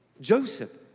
Joseph